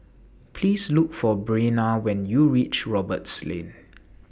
Please Look For Breana when YOU REACH Roberts Lane